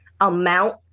amount